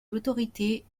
l’autorité